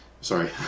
sorry